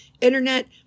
internet